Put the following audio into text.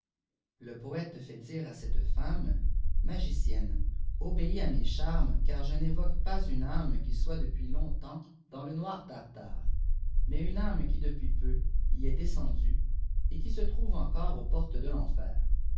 le poète fait dire à cette femme magicienne obéis à mes ï charmes car je n'évoque pas une âme qui soit deouis longtemps des apparitions il âiûê le noir tartare mais une àme qui depuis peu y est desom due et qui se trouve encore aux portes de tenfer